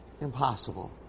impossible